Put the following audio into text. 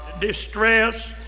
distress